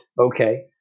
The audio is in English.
okay